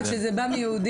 כך.